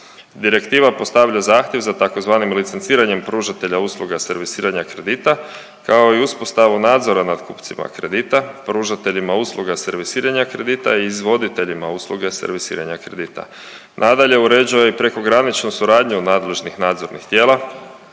Direktiva postavlja zahtjev za tzv. licenciranjem pružatelja usluga servisiranja kredita kao i uspostavu nadzora nad kupcima kredita, pružateljima usluga servisiranja kredita i izvoditeljima usluge servisiranja kredita. Nadalje, uređuje i prekograničnu suradnju nadležnih nadzornih tijela